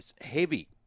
heavy